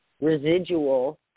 residual